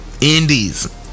indies